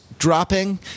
dropping